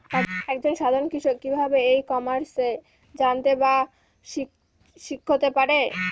এক জন সাধারন কৃষক কি ভাবে ই কমার্সে জানতে বা শিক্ষতে পারে?